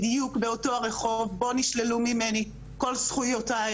בדיוק באותו הרחוב בו נשללו ממני כל זכויותיי,